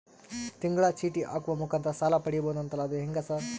ತಿಂಗಳ ಚೇಟಿ ಹಾಕುವ ಮುಖಾಂತರ ಸಾಲ ಪಡಿಬಹುದಂತಲ ಅದು ಹೆಂಗ ಸರ್?